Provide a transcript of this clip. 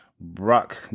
Brock